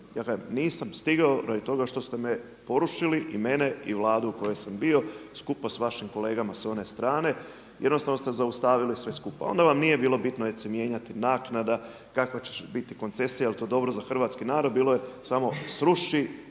stigao, nisam stigao radi toga što ste me porušili i mene i vladu u kojoj sam bio, skupa sa vašim kolegama s one strane, jednostavno ste zaustavili sve skupa. Onda vam nije bilo bitno da će se mijenjati naknada, kakva će biti koncesija jeli to dobro za hrvatsko, bilo je samo sruši,